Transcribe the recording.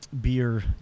beer